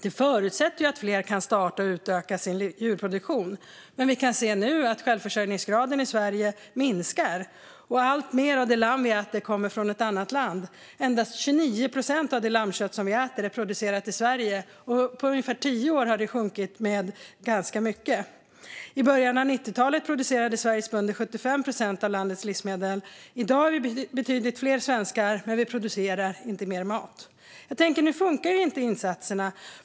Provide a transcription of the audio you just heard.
Det förutsätter att fler kan starta och utöka sin djurproduktion. Självförsörjningsgraden i Sverige minskar dock nu. Alltmer av det lammkött som vi äter kommer från ett annat land. Endast 29 procent av det lammkött som vi äter är producerat i Sverige. På ungefär tio år har det sjunkit med ganska mycket. I början av 90-talet producerade Sveriges bönder 75 procent av landets livsmedel. I dag är vi betydligt fler svenskar, men vi producerar inte mer mat. Insatserna fungerar alltså inte.